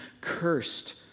cursed